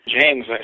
James